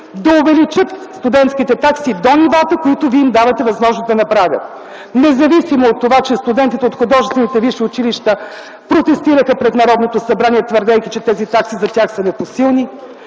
да увеличат студентските такси до нивата, които вие им давате възможност да направят, независимо от това, че студентите от художествените висши училища протестираха пред Народното събрание, твърдейки, че тези такси за тях са непосилни,